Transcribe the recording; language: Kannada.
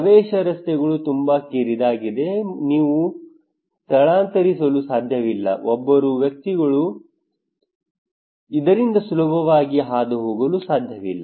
ಪ್ರವೇಶ ರಸ್ತೆಗಳು ತುಂಬಾ ಕಿರಿದಾಗಿದೆ ನೀವು ಸ್ಥಳಾಂತರಿಸಲು ಸಾಧ್ಯವಿಲ್ಲ ಇಬ್ಬರು ವ್ಯಕ್ತಿಗಳು ಇದರಿಂದ ಸುಲಭವಾಗಿ ಹಾದುಹೋಗಲು ಸಾಧ್ಯವಿಲ್ಲ